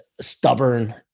stubborn